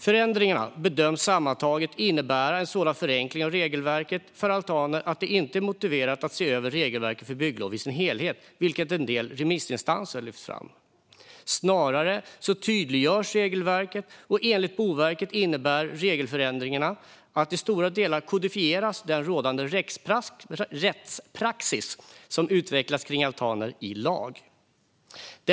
Förändringarna bedöms sammantaget innebära en sådan förenkling av regelverket för altaner att det inte är motiverat att se över regelverket för bygglov i sin helhet, vilket en del remissinstanser lyft fram. Snarare tydliggörs regelverket, och enligt Boverket innebär regelförändringen att den rättspraxis som utvecklats för altaner nu till stora delar kodifieras i lag.